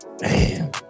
Man